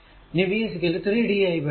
ഇനി v 3 di dt